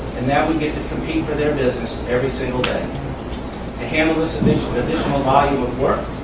and now we compete for their business every single day. to handle this and this additional volume of work,